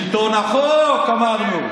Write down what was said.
שלטון החוק, אמרנו.